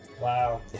wow